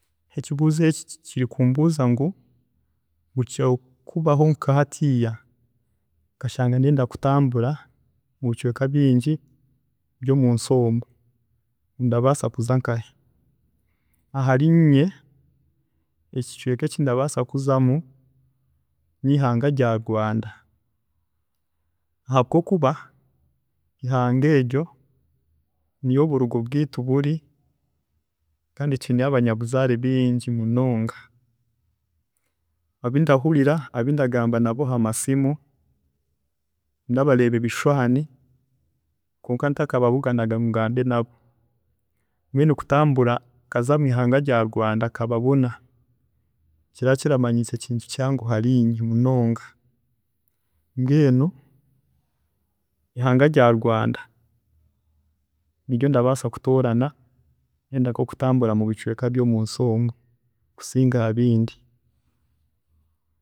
﻿Ekibuuzo eki- ki kiri kumbuuza ngu kyokubaho nkahatiya nkashanga ndenda kutambura mubicweeka bingi by'omunsi omu, ndabaasa kuzahe? Aharinye, ekicweeka ekindabaasa kuzamu neihanga rya Rwanda habwokuba ihanga eryo niyo oburugo bwiitu buri kandi twiineyo abanyabuzaare bingi munonga, abunda hurira, abundagamba nabo hamasimu ndabareeba ebishwaani kwonka ntakababuganaga ngu ngambe nabo, mbwenu kutambura nkaza mwihanga rya Rwanda nkababona, kiraba kiramanyiisa ekintu kihango harinye munonga. Mbwenu ihanga rya Rwanda, niryo ndabaasa kutoorana ndenda nkokutambura mubicweeka by'omunsi omu kusinga habindi.